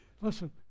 Listen